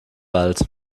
wald